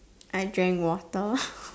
I drank water